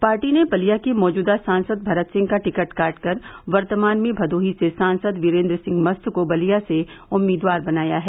party ने बलिया के मौजूदा सांसद भरत सिंह का टिकट काट कर वर्तमान में भदोही से सांसद वीरेन्द्र सिंह मस्त को बलिया से उम्मीदवार बनाया है